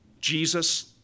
Jesus